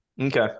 Okay